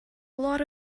lot